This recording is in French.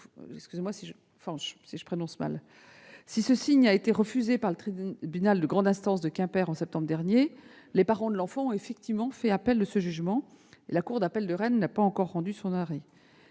si ce signe a été refusé par le tribunal de grande instance de Quimper en septembre dernier, les parents de l'enfant ont fait appel du jugement et la cour d'appel de Rennes n'a pas encore rendu son arrêt.